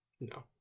No